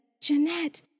Jeanette